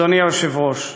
אדוני היושב-ראש,